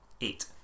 eight